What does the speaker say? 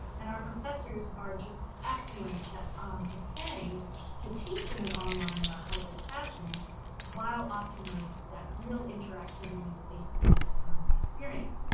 and our professors are just excellent at preparing to teach in an online or a hybrid fashion while optimizing that real interactivity and face-to-face experience.